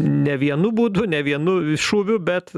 ne vienu būdu ne vienu šūviu bet